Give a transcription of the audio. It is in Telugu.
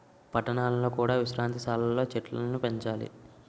పట్టణాలలో కూడా విశ్రాంతి సాలలు లో చెట్టులను పెంచాలి